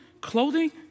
clothing